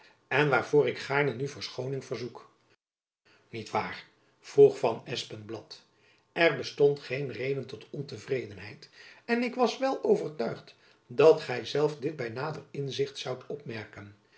en waarvoor ik gaarne nu verschoning verzoek niet waar vroeg van espenblad er bestond geen reden tot ontevredenheid en ik was wel overtuigd dat gy zelf dit by nader inzicht zoudt opmerken